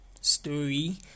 story